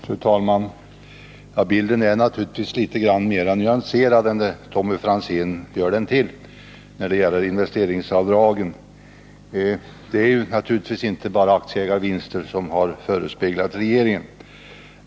Fru talman! Bilden är naturligtvis litet mer nyanserad än vad Tommy Franzén gör den. Det är inte bara aktieägarvinster som regeringen har tänkt på när det gäller förslaget om investeringsavdrag.